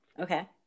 Okay